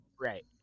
Right